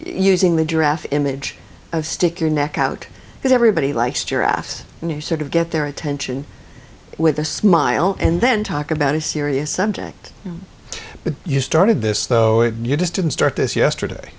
using the draft image of stick your neck out because everybody likes giraffes and you sort of get their attention with a smile and then talk about a serious subject but you started this though if you just didn't start this yesterday